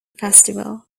festival